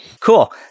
Cool